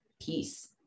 peace